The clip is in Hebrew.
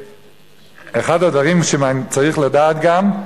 ואחד הדברים שצריך לדעת גם,